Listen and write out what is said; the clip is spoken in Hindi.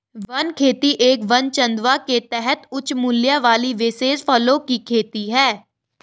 वन खेती एक वन चंदवा के तहत उच्च मूल्य वाली विशेष फसलों की खेती है